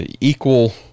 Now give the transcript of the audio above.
equal